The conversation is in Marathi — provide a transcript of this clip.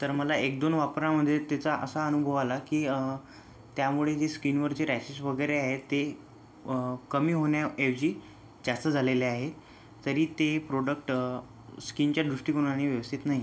तर मला एक दोन वापरामध्ये तिचा असा अनुभव आला की त्यामुळे जे स्किनवरचे रॅशेस वगैरे आहेत ते कमी होण्याऐवजी जास्त झालेले आहे तरी ते प्रोडक्ट स्किनच्या दृष्टिकोनाने व्यवस्थित नाहीये